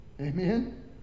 Amen